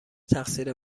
تقصیر